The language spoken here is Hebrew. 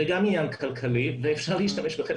זה גם עניין כלכלי ואפשר להשתמש בחלק